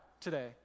today